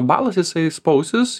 balas jisai spausis